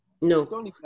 no